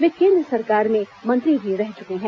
वे केन्द्र सरकार में मंत्री भी रह चुके हैं